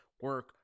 Work